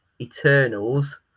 Eternals